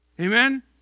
Amen